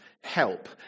help